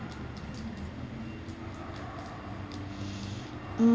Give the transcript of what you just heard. mm